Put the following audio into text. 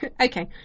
Okay